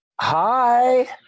Hi